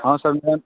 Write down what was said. हाँ सर मैं